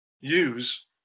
Use